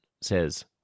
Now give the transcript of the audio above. says